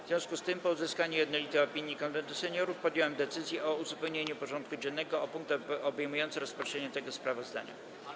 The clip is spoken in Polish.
W związku z tym, po uzyskaniu jednolitej opinii Konwentu Seniorów, podjąłem decyzję o uzupełnieniu porządku dziennego o punkt obejmujący rozpatrzenie tego sprawozdania.